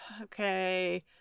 okay